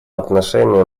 отношении